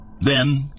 Then